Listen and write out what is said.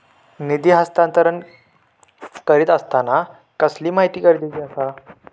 निधी हस्तांतरण करीत आसताना कसली माहिती गरजेची आसा?